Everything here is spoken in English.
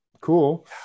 cool